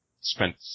spent